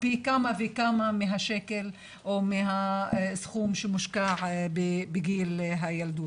פי כמה וכמה מהשקל או מהסכום שמושקע בגיל הילדות.